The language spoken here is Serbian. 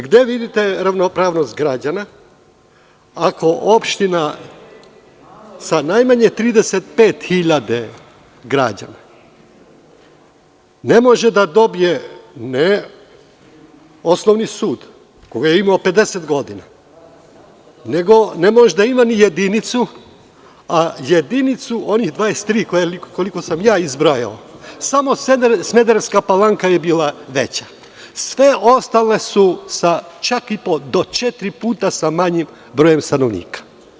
Gde vidite ravnopravnost građana ako opština sa najmanje 35.000 građana ne može da dobije ne osnovi sud koga je imao 50 godina, nego ne može da ima ni jedinicu, a jedinicu, onih 23 koliko sam ja izbrojao, samo Smederevska Palanka je bila veća, sve ostale su sa čak i po četiri puta sa manjim brojem stanovnika.